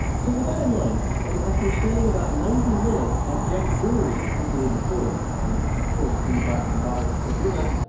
so with that in mind, and after spending about ninety minutes at jef's brewery, de glazen toren, and of course we bought some bottles to take with us,